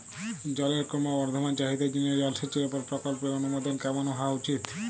জলের ক্রমবর্ধমান চাহিদার জন্য জলসেচের উপর প্রকল্পের অনুমোদন কেমন হওয়া উচিৎ?